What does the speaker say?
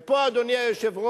ופה, אדוני היושב-ראש,